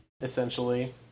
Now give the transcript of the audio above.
Essentially